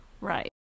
Right